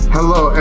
Hello